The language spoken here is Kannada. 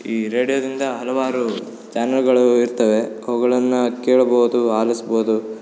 ಈ ರೇಡಿಯೋದಿಂದ ಹಲವಾರು ಚಾನೆಲ್ಗಳು ಇರ್ತವೆ ಅವ್ಗಳನ್ನ ಕೇಳ್ಬೌದು ಆಲಿಸ್ಬೌದು